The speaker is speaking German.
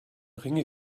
ringe